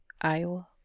Iowa